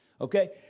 Okay